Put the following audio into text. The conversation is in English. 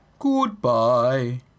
Goodbye